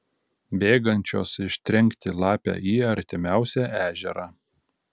bėgančios ištrenkti lapę į artimiausią ežerą